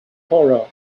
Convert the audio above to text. horror